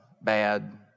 bad